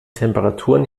temperaturen